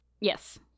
Yes